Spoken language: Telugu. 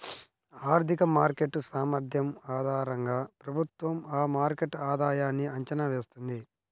ఆర్థిక మార్కెట్ సామర్థ్యం ఆధారంగా ప్రభుత్వం ఆ మార్కెట్ ఆధాయన్ని అంచనా వేస్తుంది